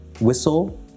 whistle